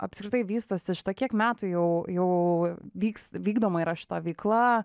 apskritai vystosi šita kiek metų jau jau vyks vykdoma yra šita veikla